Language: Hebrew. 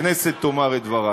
הכנסת תאמר את דברה.